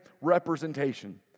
representation